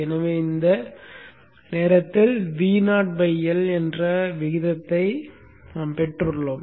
எனவே இந்தக் காலகட்டத்தில் VoL என்ற விகிதத்தை நாம் பெற்றுள்ளோம்